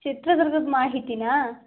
ಚಿತ್ರದುರ್ಗದ ಮಾಹಿತಿನಾ